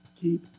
keep